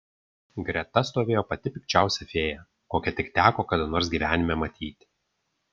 greta stovėjo pati pikčiausia fėja kokią tik teko kada nors gyvenime matyti